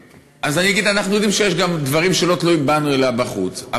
אני אגיד שאנחנו יודעים שיש גם דברים שלא תלויים בנו אלא בחוץ.